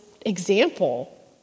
example